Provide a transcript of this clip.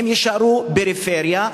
הם יישארו פריפריה.